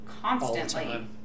constantly